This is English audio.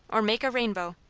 or make a rainbow.